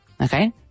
Okay